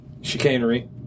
chicanery